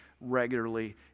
regularly